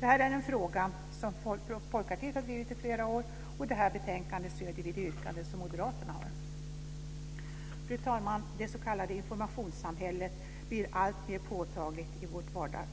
Det här är en fråga som Folkpartiet har drivit i flera år. I det här betänkandet stöder vi ett yrkande som Moderaterna har. Fru talman! Det s.k. informationssamhället blir alltmer påtagligt i